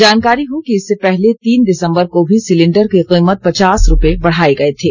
जानकारी हो कि इससे पहले तीन दिसंबर को भी सिलिण्डर की कीमत पचास रूपये बढ़ाये गए थे